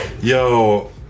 Yo